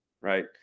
right